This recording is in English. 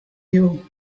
you